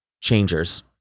changers